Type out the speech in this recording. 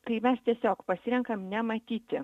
kai mes tiesiog pasirenkam nematyti